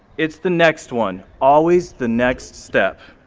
it's the next one, always the next step.